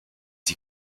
die